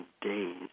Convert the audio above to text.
days